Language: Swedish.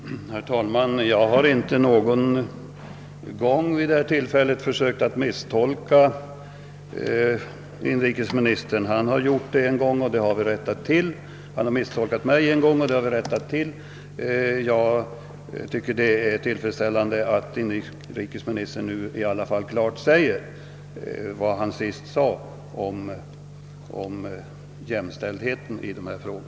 Herr talman! Jag har inte vid detta tillfälle försökt att misstolka inrikesministern. Han har misstolkat mig en gång, och det har vi rättat till. Jag tycker att det är tillfredsställande att inrikesministern nu i alla fall så klart har uttalat sig för jämställdhet i dessa frågor.